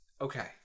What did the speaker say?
okay